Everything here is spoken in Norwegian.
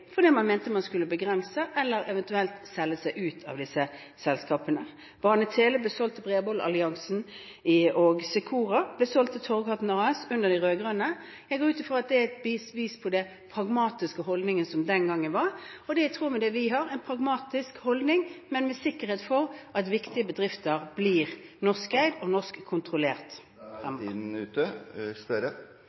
fordi man mente man skulle begrense seg eller eventuelt selge seg ut av disse selskapene. BaneTele ble solgt til Bredbåndsalliansen og Secora til Torghatten ASA under de rød-grønne. Jeg går ut fra at det er et bevis på den pragmatiske holdningen som den gang var, og det er i tråd med det vi har: en pragmatisk holdning, men med sikkerhet for at viktige bedrifter blir norskeide og